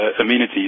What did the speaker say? amenities